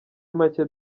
make